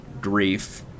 grief